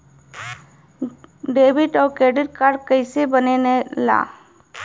Debit और credit card कईसे बने ने ला?